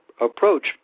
approach